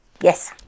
Yes